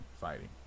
fighting